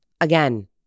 again